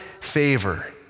favor